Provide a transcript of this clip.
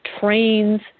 trains